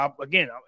Again